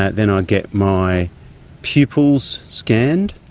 then i get my pupils scanned,